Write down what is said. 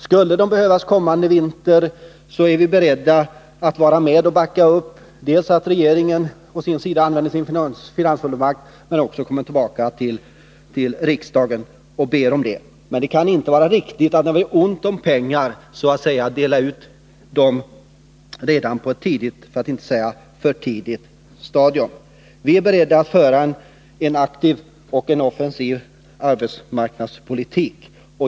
Skulle de behövas kommande vinter, är vi beredda att vara med och backa upp att regeringen använder sin finansfullmakt men också att den kommer tillbaka till riksdagen och ber om pengar. Men det kan inte vara riktigt att när vi har ont om pengar så att säga dela ut dem redan på ett tidigt — för att inte säga för tidigt — stadium. Vi är beredda att föra en aktiv och offensiv arbetsmarknadspolitik.